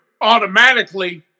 automatically